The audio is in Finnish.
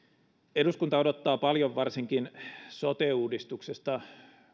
eduskunta odottaa paljon varsinkin sote uudistukselta